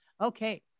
Okay